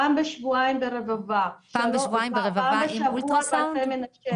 פעם בשבועיים ברבבה, פעם בשבוע באלפי מנשה.